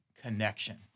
connection